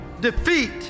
Defeat